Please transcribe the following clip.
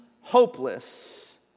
hopeless